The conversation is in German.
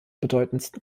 bedeutendsten